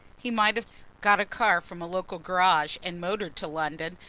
he might have got a car from a local garage, and motored to london,